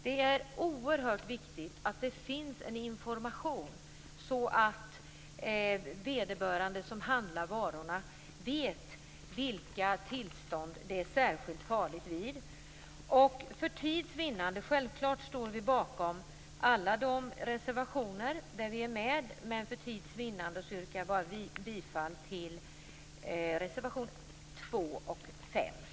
Det är oerhört viktigt att det finns en information så att den som handlar varorna vet vid vilka tillstånd det är särskilt farligt. Självfallet står vi bakom alla de reservationer där vi är med, men för tids vinnande yrkar jag bara bifall till reservationerna 2 och 5.